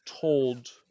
told